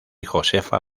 josefa